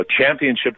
championship